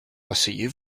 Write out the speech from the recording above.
asseyez